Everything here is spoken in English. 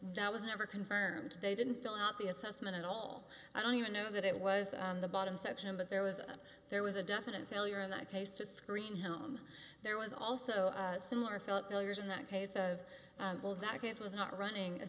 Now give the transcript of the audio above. that was never confirmed they didn't fill out the assessment at all i don't even know that it was the bottom section but there was there was a definite failure in that case to screen him there was also some are felt will years in that case of that case was not running a